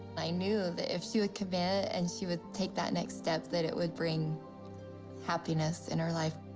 i knew that if she would commit and she would take that next step, that it would bring happiness in her life.